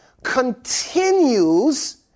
continues